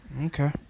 Okay